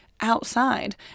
outside